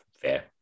fair